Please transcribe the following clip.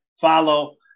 follow